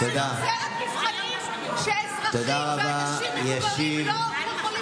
היא יוצרת מבחנים שאזרחים ואנשים מבוגרים לא יכולים לעמוד בהם.